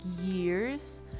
years